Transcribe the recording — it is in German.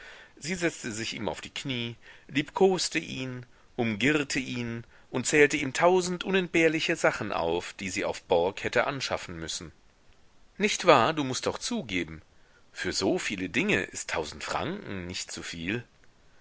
sie setzte sich ihm auf die knie liebkoste ihn umgirrte ihn und zählte ihm tausend unentbehrliche sachen auf die sie auf borg hätte anschaffen müssen nicht wahr du mußt doch zugeben für so viele dinge ist tausend franken nicht zuviel